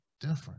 different